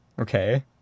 Okay